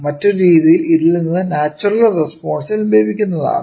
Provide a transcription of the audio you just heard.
മറ്റൊരു രീതിയിൽ ഇതിൽ നിന്ന് നാച്ചുറൽ റെസ്പോൺസും ലഭിക്കുന്നതാണ്